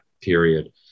period